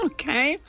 Okay